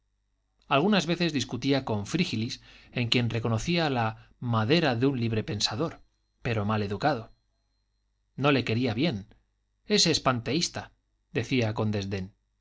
algunas veces discutía con frígilis en quien reconocía la madera de un libre pensador pero mal educado no le quería bien ese es panteísta decía con desdén